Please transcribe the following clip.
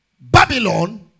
Babylon